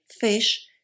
fish